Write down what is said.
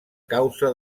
causa